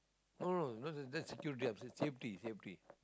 no no no because that's that's security I'm saying safety safety